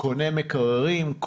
קונה מקררים,